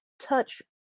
touch